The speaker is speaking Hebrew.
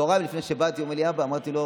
בצוהריים, לפני שבאתי, הוא אמר לי: אבא.